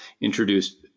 introduced